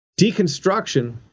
Deconstruction